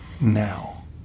now